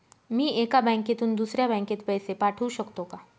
मी एका बँकेतून दुसऱ्या बँकेत पैसे पाठवू शकतो का?